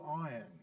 iron